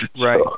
Right